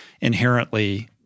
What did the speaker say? inherently